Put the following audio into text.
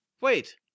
Wait